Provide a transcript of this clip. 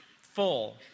full